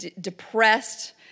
depressed